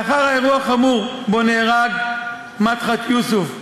לאחר האירוע החמור שבו נהרג מדחת יוסף,